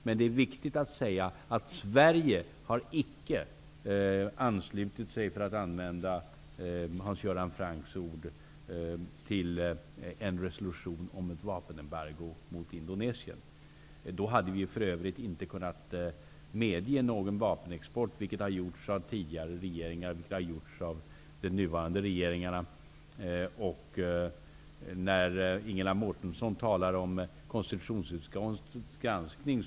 Men det är viktigt att säga att Sverige icke har anslutit sig, för att använda Hans Göran Francks ord, till en resolution om ett vapenembargo mot Indonesien. Då hade regeringen för övrigt inte kunnat medge någon vapenexport, vilket har medgivits av tidigare regeringar och av den nuvarande regeringen. Ingela Mårtensson talar om konstitutionsutskottets granskning.